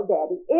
Daddy